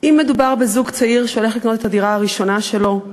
אם מדובר בזוג צעיר שהולך לקנות את הדירה הראשונה שלו,